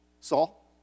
Saul